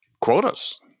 quotas